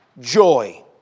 joy